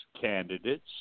candidates